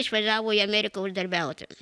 išvažiavo į ameriką uždarbiauti